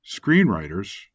screenwriters